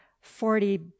forty